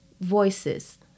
voices